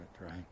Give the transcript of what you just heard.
right